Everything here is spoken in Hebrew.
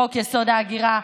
חוק-יסוד: ההגירה,